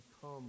come